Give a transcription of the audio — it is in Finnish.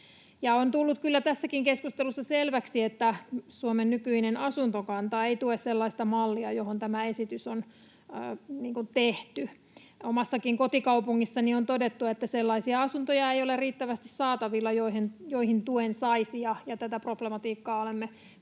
On tullut kyllä tässäkin keskustelussa selväksi, että Suomen nykyinen asuntokanta ei tue sellaista mallia, johon tämä esitys on tehty. Omassakin kotikaupungissani on todettu, että ei ole riittävästi saatavilla sellaisia asuntoja, joihin tuen saisi, ja tätä problematiikkaa olemme